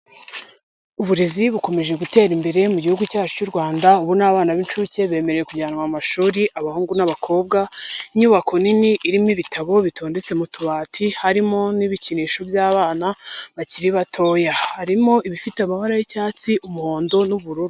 Uburezi bukomeje gutera imbere mu gihugu cyacu cy'u Rwanda, ubu n'abana b'incuke bemerewe kujyanwa mu mashuri, abahungu n'abakobwa. Inyubako nini irimo ibitabo bitondetse mu tubati, harimo n'ibikinisho by'abana bakiri batoya, harimo ibifite amabara y'icyatsi, umuhondo n'ubururu.